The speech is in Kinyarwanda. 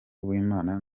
uwimana